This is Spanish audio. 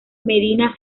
medina